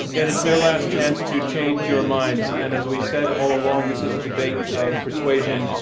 and it's their last chance to change your minds, and as we've said all along this is a debate of persuasion,